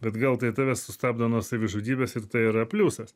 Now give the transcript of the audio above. bet gal tai tave sustabdo nuo savižudybės ir tai yra pliusas